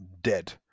Dead